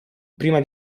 prima